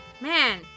man